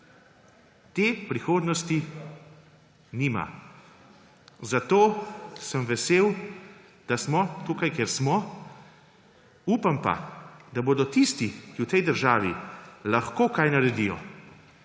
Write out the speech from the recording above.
Te prihodnosti nima, zato sem vesel, da smo tukaj, kjer smo. Upam pa, da bodo tisti, ki v tej državi lahko kaj naredijo